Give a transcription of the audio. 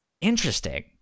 Interesting